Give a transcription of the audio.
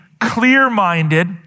clear-minded